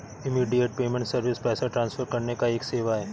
immediate payment service पैसा transfer करने का एक सेवा है